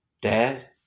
dad